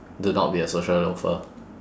do not be a social loafer